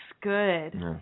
good